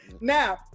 Now